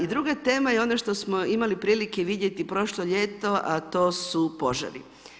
I druga tema je, ono što imali prilike vidjeti prošlo ljeto, a to su požari.